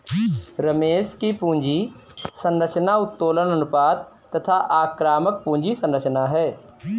रमेश की पूंजी संरचना उत्तोलन अनुपात तथा आक्रामक पूंजी संरचना है